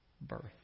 birth